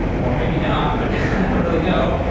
or maybe not, but i don't really know.